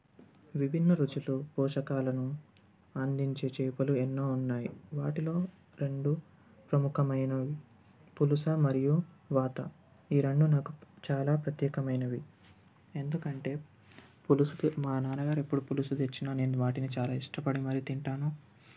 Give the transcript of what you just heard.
విభిన్న రుచులు పోషకాలను అందించే చేపలు ఎన్నో ఉన్నాయి వాటిలో రెండు ప్రముఖమైనవి పులస మరియు వాత ఈ రెండు నాకు చాలా ప్రత్యేకమైనవి ఎందుకంటే పులసు మా నాన్నగారు ఎప్పుడు పులసు తెచ్చినా నేను వాటిని చాలా ఇష్టపడి మరి తింటాను